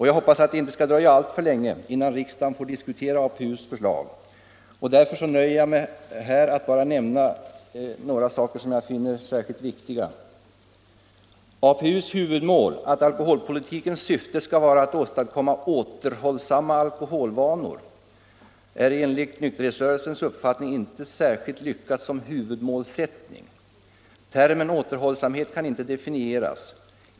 Jag hoppas att det inte skall dröja alltför länge innan riksdagen får diskutera APU:s förslag, och därför nöjer jag mig med att här nämna några saker som jag finner särskilt viktiga. APU:s huvudmål att alkoholpolitikens syfte skall vara att åstadkomma återhållsamma alkoholvanor är enligt nykterhetsrörelsens uppfattning inte särskilt lyckat som huvudmålsättning. Termen återhållsamhet kan inte definieras.